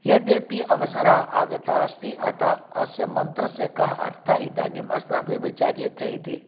यद्यपि अवसरः आगतः अस्ति अतः अस्य मन्त्रस्य कः अर्थः इदानीम् अस्माभिः विचार्यते इति